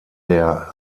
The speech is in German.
der